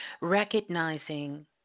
recognizing